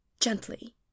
Gently